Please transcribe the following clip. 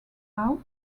out